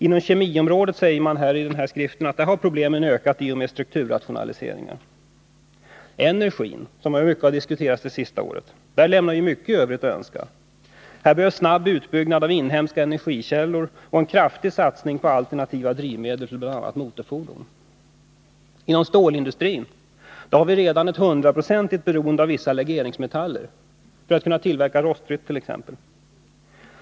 Inom kemiområdet, sägs det i skriften, har problemen ökat i och med strukturrationaliseringar. Energiområdet, som har diskuterats mycket det senaste året, lämnar mycket övrigt att önska. Här behövs en snabb utbyggnad av inhemska energikällor och en kraftig satsning på alternativa drivmedel för bl.a. motorfordon. Inom stålindustrin har vi redan ett 100-procentigt beroende av vissa legeringsmetaller för att t.ex. kunna tillverka rostfria produkter.